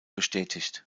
bestätigt